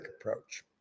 approach